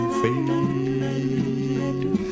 fade